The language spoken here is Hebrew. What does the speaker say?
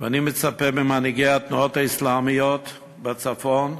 אני מצפה ממנהיגי התנועות האסלאמיות בצפון,